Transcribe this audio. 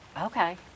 Okay